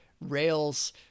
Rails